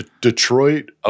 Detroit